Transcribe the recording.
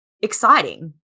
exciting